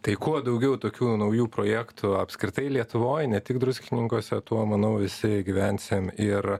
tai kuo daugiau tokių naujų projektų apskritai lietuvoj ne tik druskininkuose tuo manau visi gyvensim ir